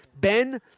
Ben